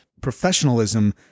professionalism